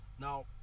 Now